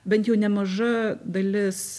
bent jau nemaža dalis